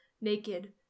naked